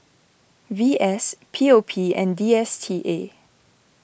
V S P O P and D S T A